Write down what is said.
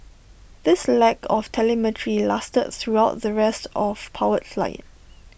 this lack of telemetry lasted throughout the rest of powered flight